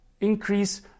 increase